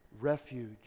refuge